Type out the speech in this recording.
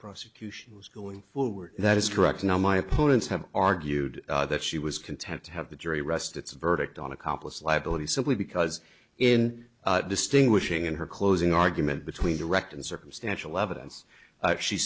prosecution was going forward that is correct now my opponents have argued that she was content to have the jury arrest its verdict on accomplice liability simply because in distinguishing in her closing argument between direct and circumstantial evidence she s